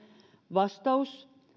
vastaus